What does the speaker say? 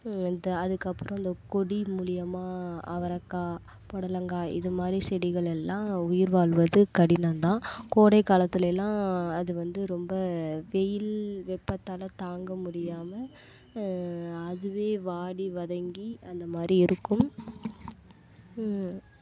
இந்த அதற்கப்பறம் இந்த கொடி மூலியமாக அவரக்காய் பொடலங்காய் இது மாதிரி செடிகள் எல்லாம் உயிர் வாழ்வது கடினம் தான் கோடை காலத்துலலாம் அது வந்து ரொம்ப வெயில் வெப்பத்தால் தாங்க முடியாமல் அதுவே வாடி வதங்கி அந்த மாதிரி இருக்கும்